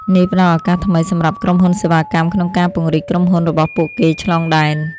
នេះផ្តល់ឱកាសថ្មី សម្រាប់ក្រុមហ៊ុនសេវាកម្មក្នុងការពង្រីកក្រុមហ៊ុនរបស់ពួកគេឆ្លងដែន។